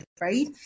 Right